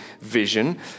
vision